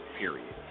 period